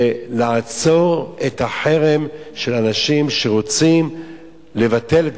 זה לעצור את החרם של אנשים שרוצים לבטל את